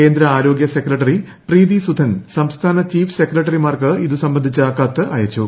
കേന്ദ്ര ആരോഗ്യ സ്ക്രെട്ടറി പ്രീതി സുധൻ സംസ്ഥാന ചീഫ് സെക്രട്ടറിമാർക്ക് ഇത് സംബന്ധിച്ചു കത്ത് അയച്ചു